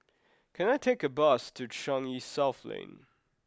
can I take a bus to Changi South Lane